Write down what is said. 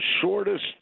shortest